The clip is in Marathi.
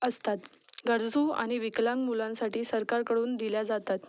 असतात गरजू आणि विकलांग मुलांसाठी सरकारकडून दिल्या जातात